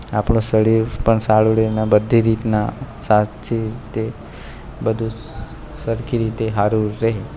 આપણું શરીર પણ સારું રહે અને બધી રીતના સાચું તે બધું સરખી રીતે સારું રહે